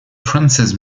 frances